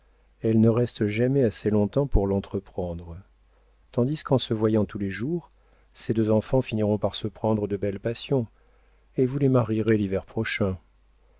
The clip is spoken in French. elle ne reste jamais assez longtemps pour l'entreprendre tandis qu'en se voyant tous les jours ces deux enfants finiront par se prendre de belle passion et vous les marierez l'hiver prochain